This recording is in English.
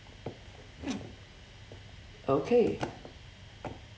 okay